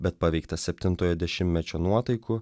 bet paveiktas septintojo dešimtmečio nuotaikų